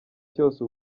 cyose